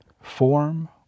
form